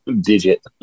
digit